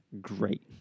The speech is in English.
great